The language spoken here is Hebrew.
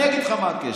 אני אגיד לך מה הקשר.